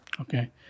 Okay